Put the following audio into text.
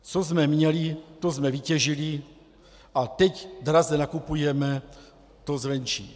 Co jsme měli, to jsme vytěžili a teď draze nakupujeme to zvenčí.